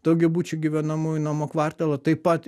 daugiabučių gyvenamųjų namų kvartalą taip pat